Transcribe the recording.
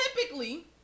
typically